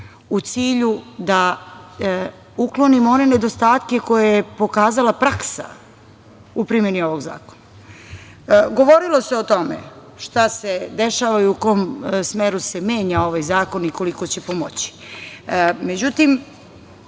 u cilju da uklonimo one nedostatke koje je pokazala praksa u primeni ovog zakona. Govorilo se o tome šta se dešava i u kom smeru se menja ovaj zakon i koliko će